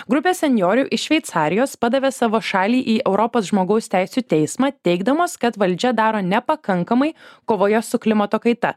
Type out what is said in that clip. grupė senjorų iš šveicarijos padavė savo šalį į europos žmogaus teisių teismą teigdamos kad valdžia daro nepakankamai kovoje su klimato kaita